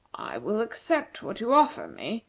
i will accept what you offer me,